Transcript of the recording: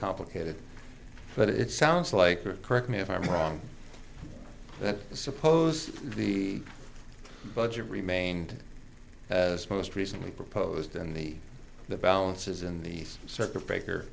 complicated but it sounds like or correct me if i'm wrong but suppose the budget remained as most recently proposed and the the balances in the circuit breaker